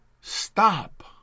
Stop